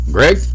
Greg